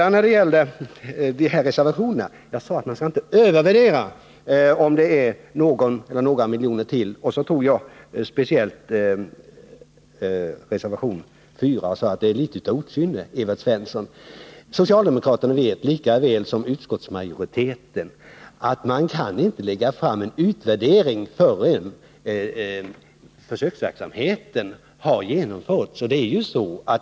När det gäller reservationerna sade jag att man inte skall övervärdera betydelsen av någon eller några miljoner ytterligare. Jag pekade speciellt på reservation 4 och sade, Evert Svensson, att den är ett utslag av litet okynne. Socialdemokraterna vet lika väl som utskottsmajoriteten att man inte kan göra en utvärdering förrän försöksverksamheten har genomförts.